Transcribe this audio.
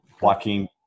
Joaquin